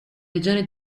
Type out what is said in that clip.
regione